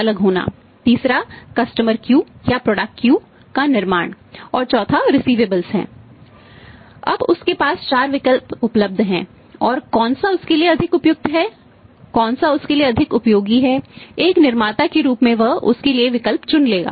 अब उसके पास चार विकल्प उपलब्ध हैं और कौन सा उसके लिए अधिक उपयुक्त है कौन सा उसके लिए अधिक उपयोगी है एक निर्माता के रूप में वह उसके लिए विकल्प चुन लेगा